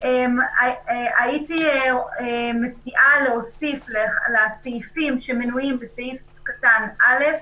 הייתי מציעה להוסיף לסעיפים שמנויים בסעיף קטן (א)